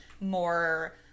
more